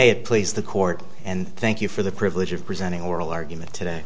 it please the court and thank you for the privilege of presenting oral argument today